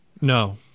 No